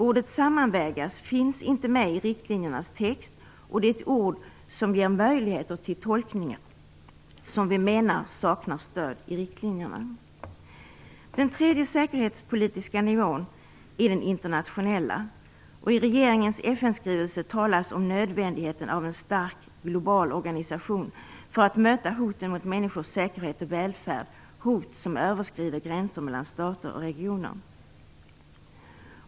Ordet "sammanvägas" finns inte med i texten om riktlinjerna, och det är ett ord som ger möjligheter till tolkningar, som vi menar saknar stöd i riktlinjerna. Det finns ytterligare en säkerhetspolitisk nivå, den internationella. I regeringens FN-skrivelse talas om nödvändigheten av en stark global organisation för att möta hoten mot människors säkerhet och välfärd, hot som överskrider gränser mellan stater och regioner.